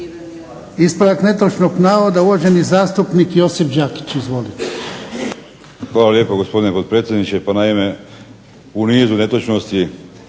Ispravak netočnog navoda uvaženi zastupnik Josip Đakić. Izvolite. **Đakić, Josip (HDZ)** Hvala lijepo gospodine potpredsjedniče. Pa naime, u nizu netočnosti